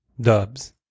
dubs